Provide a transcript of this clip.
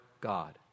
God